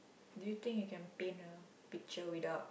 do you think you can paint a picture without